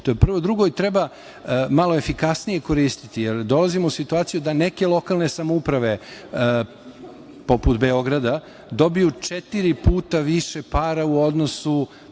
To je prvo. Drugo, treba malo efikasnije koristiti, jer dolazimo u situaciju da neke lokalne samouprave poput Beograda dobiju četiri puta više para u odnosu